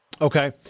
Okay